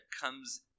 comes